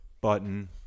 Button